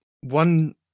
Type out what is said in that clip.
one